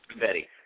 Betty